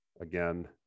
again